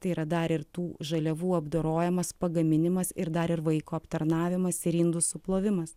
tai yra dar ir tų žaliavų apdorojimas pagaminimas ir dar ir vaiko aptarnavimas ir indų suplovimas